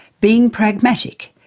being pragmatic,